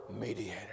mediator